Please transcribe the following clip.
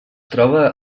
troba